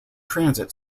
transit